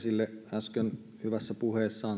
äsken toi esille hyvässä puheessaan